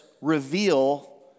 reveal